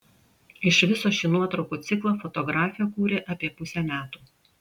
iš viso šį nuotraukų ciklą fotografė kūrė apie pusę metų